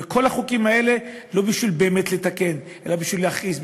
וכל החוקים האלה לא בשביל באמת לתקן אלא בשביל להכעיס,